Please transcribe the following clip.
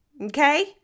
okay